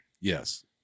yes